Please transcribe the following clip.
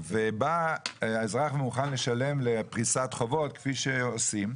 והאזרח מוכן לשלם בפריסת חובות כפי שעושים,